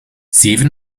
zeven